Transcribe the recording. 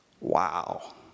Wow